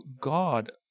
God